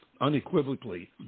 unequivocally